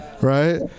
Right